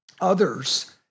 others